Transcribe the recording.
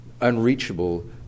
unreachable